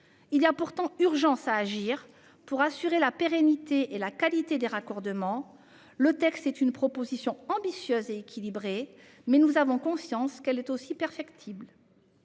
Il y a pourtant urgence à agir pour assurer la pérennité et la qualité des raccordements. Le texte de la commission est une proposition ambitieuse et équilibrée, mais nous avons conscience qu'elle est aussi perfectible.